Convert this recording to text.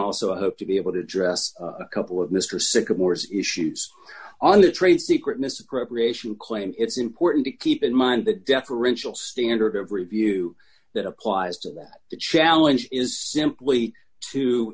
also i hope to be able to address a couple of mr sycamores issues on the trade secret misappropriation claim it's important to keep in mind the deferential standard of review that applies to that the challenge is simply to